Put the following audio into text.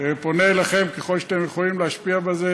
פונה אליכם ככל שאתם יכולים להשפיע בזה,